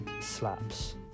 slaps